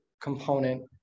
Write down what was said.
component